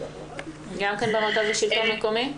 המרכז לשלטון מקומי.